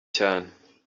cyane